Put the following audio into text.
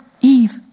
Eve